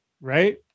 right